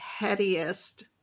headiest